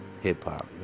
hip-hop